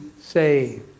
saved